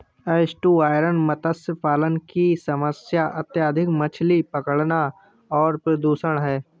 estuarine मत्स्य पालन की समस्या अत्यधिक मछली पकड़ना और प्रदूषण है